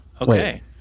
okay